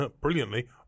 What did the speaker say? brilliantly